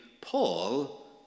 Paul